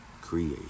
create